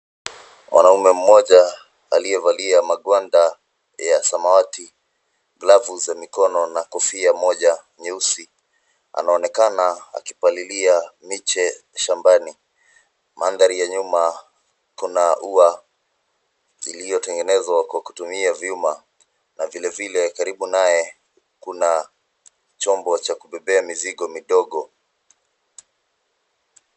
Mwanaume mmoja aliyevalia magwanda ya samawati, glavu za mikono na kofia moja nyeusi, anaonekana akipalilia miche shambani. Mandhari ya nyuma kuna ua iliyotengenezwa kwa kutumia vyuma na vile vile karibu naye kuna chombo cha kubebea mizigo midogo.